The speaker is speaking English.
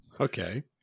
Okay